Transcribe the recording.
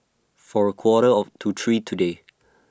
For A Quarter of to three today